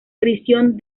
prisión